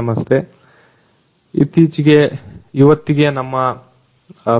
ನಮಸ್ತೆ ಇವತ್ತಿಗೆ ನಮ್ಮ